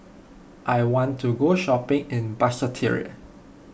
I want to go shopping in Basseterre